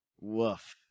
Woof